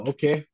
Okay